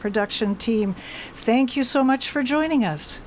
production team thank you so much for joining us